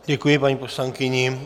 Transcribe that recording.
Děkuji paní poslankyni.